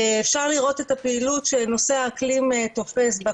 אפשר לראות את הפעילות שנושא האקלים תופס בה,